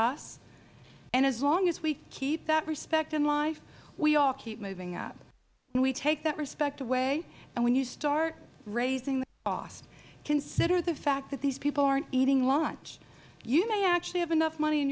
us and as long as we keep that respect in life we all keep moving up when we take that respect away and when you start raising the cost consider the fact that these people are not eating lunch you may actually have enough money in